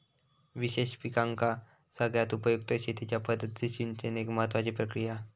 विशेष पिकांका सगळ्यात उपयुक्त शेतीच्या पद्धतीत सिंचन एक महत्त्वाची प्रक्रिया हा